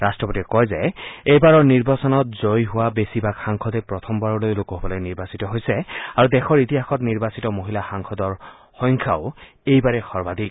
ৰট্টপতিয়ে কয় যে এইবাৰৰ নিৰ্বাচনত জয়ী হোৱা বেছিভাগ সাংসদে প্ৰথমবাৰলৈ লোকসভালৈ নিৰ্বাচিত হৈছে আৰু দেশৰ ইতিহাসত নিৰ্বাচিত মহিলা সাংসদৰ সংখ্যাও এইবাৰেই সৰ্বাধিক